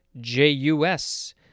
J-U-S